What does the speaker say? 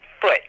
foot